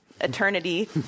eternity